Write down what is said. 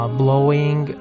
blowing